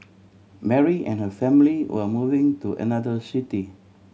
Mary and her family were moving to another city